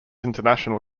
international